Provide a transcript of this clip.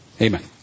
Amen